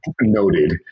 Noted